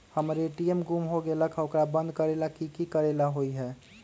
हमर ए.टी.एम गुम हो गेलक ह ओकरा बंद करेला कि कि करेला होई है?